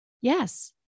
Yes